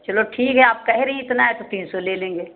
चलो ठीक है आप कह रहीं हैं इतना तो तीन सौ ले लेंगे